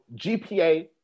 GPA